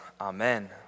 Amen